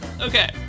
Okay